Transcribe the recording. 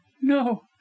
No